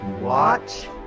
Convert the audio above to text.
watch